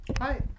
Hi